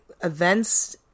events